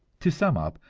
to sum up,